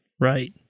right